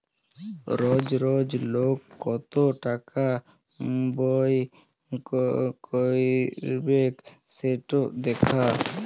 রজ রজ লক কত টাকা ব্যয় ক্যইরবেক সেট দ্যাখা